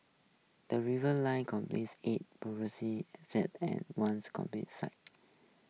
the Reserve List comprises eight private residential sites and one commercial site